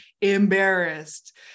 embarrassed